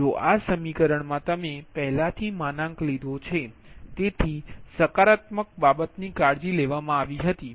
જો આ સમીકરણ માં તમે પહેલાથી માનાક લીધો છે તેથી સકારાત્મક બાબતની કાળજી લેવામાં આવી હતી